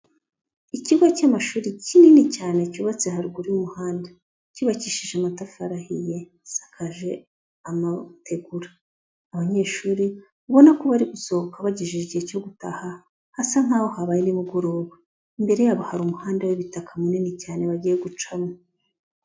Ikigo cy'amashuri kinini cyane cyubatse haruguru y'umuhanda, cyubakishije amatafari ahiye gisakaje amategura, abanyeshuri ubona ko bari gusohoka bagejeje igihe cyo gutaha hasa nk'aho habaye nimugoroba, imbere yabo hari umuhanda w'ibitaka munini cyane bagiye gucamo.